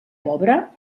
pobre